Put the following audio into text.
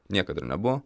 niekad ir nebuvo